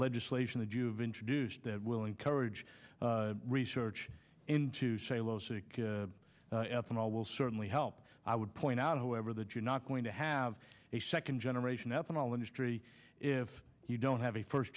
legislation that you've introduced that will encourage research into say los ethanol will certainly help i would point out however that you're not going to have a second generation ethanol industry if you don't have a first